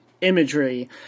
imagery